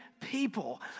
people